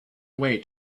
away